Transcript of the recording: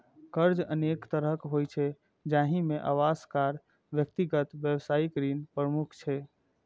कर्ज अनेक तरहक होइ छै, जाहि मे आवास, कार, व्यक्तिगत, व्यावसायिक ऋण प्रमुख छै